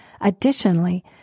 Additionally